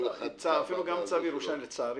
אפילו גם צו ירושה, לצערי,